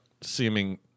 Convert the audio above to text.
seeming